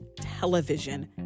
television